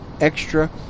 extra